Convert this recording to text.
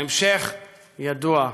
ההמשך ידוע: